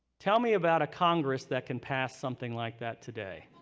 tell me about a congress that can pass something like that today.